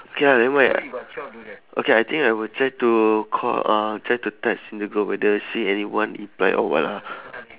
okay lah nevermind okay I think I will try to call or I'll try to text in the group whether see anyone reply or what lah